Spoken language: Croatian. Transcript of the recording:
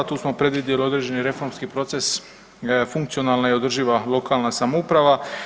Tu smo predvidjeli određeni reformski proces funkcionalna i održiva lokalna samouprava.